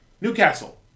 Newcastle